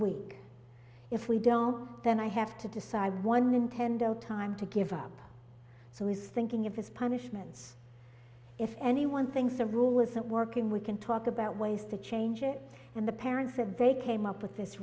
week if we don't then i have to decide one nintendo time to give up so he's thinking of his punishments if anyone thinks the rule isn't working we can talk about ways to change it and the parents said they came up with this